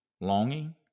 longing